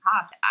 cost